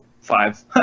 five